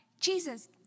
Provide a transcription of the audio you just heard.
Jesus